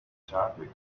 topic